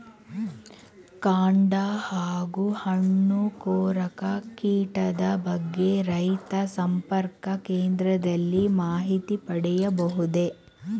ಕಾಂಡ ಹಾಗೂ ಹಣ್ಣು ಕೊರಕ ಕೀಟದ ಬಗ್ಗೆ ರೈತ ಸಂಪರ್ಕ ಕೇಂದ್ರದಲ್ಲಿ ಮಾಹಿತಿ ಪಡೆಯಬಹುದೇ?